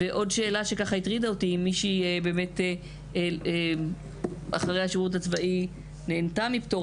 ועוד שאלה שככה הטרידה אותי אם מישהי שאחרי השירות הצבאי שנהנתה מפטור,